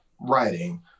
writing